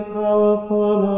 powerful